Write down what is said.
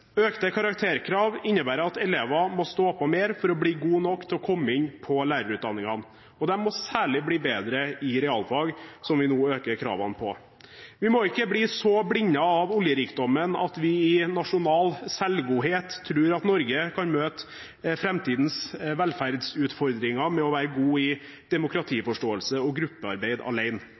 Økte karakterkrav innebærer at elever må stå på mer for å bli gode nok til å komme inn på lærerutdanningen. De må særlig bli bedre i realfag, der vi nå øker kravene. Vi må ikke bli så blindet av oljerikdommen at vi i nasjonal selvgodhet tror at Norge kan møte framtidens velferdsutfordringer ved å være gode i